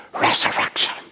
resurrection